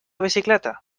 bicicleta